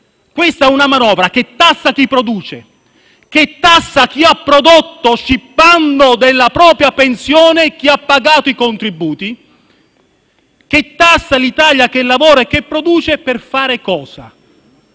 Questa è una manovra che tassa chi produce, che tassa chi ha prodotto, scippando della propria pensione chi ha pagato i contributi, che tassa l'Italia che lavora per fare cosa?